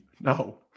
no